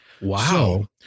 Wow